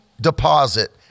deposit